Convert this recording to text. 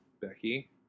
Becky